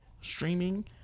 streaming